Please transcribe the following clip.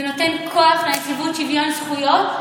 זה נותן כוח לנציבות שוויון זכויות,